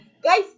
Guys